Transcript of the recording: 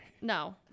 No